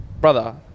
brother